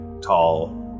tall